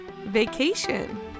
Vacation